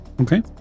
Okay